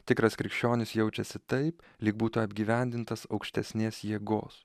tikras krikščionis jaučiasi taip lyg būtų apgyvendintas aukštesnės jėgos